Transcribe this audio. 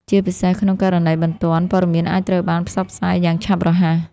ជាពិសេសក្នុងករណីបន្ទាន់ ព័ត៌មានអាចត្រូវបានផ្សព្វផ្សាយយ៉ាងឆាប់រហ័ស។